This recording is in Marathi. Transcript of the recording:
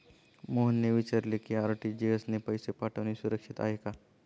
मोहनने विचारले की आर.टी.जी.एस ने पैसे पाठवणे सुरक्षित आहे का?